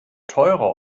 teurer